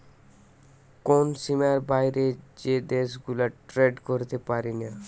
কোন সীমার বাইরে যে দেশ গুলা ট্রেড করতে পারিনা